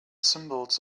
symbols